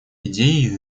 идеи